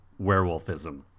werewolfism